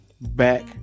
back